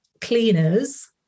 cleaners